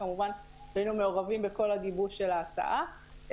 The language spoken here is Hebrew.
וגם היינו מעורבים בכל הגיבוש של ההצעה,